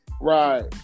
Right